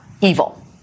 evil